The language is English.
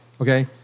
Okay